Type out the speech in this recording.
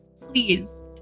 please